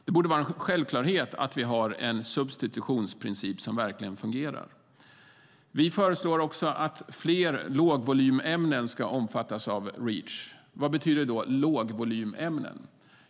Det borde vara en självklarhet att vi har en substitutionsprincip som fungerar. Vi föreslår att fler lågvolymämnen ska omfattas av Reach. Vad betyder lågvolymämnen?